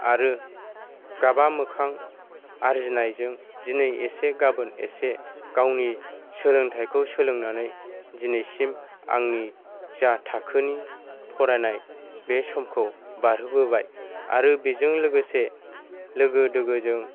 आरो गाबा मोखां आरजिनायजों दिनै एसे गाबोन एसे गावनि सोलोंथाइखौ सोलोंनानै दिनैसिम आंनि जा थाखोनि फरायनाय बे समखौ बारहोबोबाय आरो बेजों लोगोसे लोगो दोगोजों